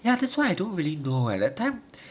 ya that's why I don't really know leh that time